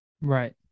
right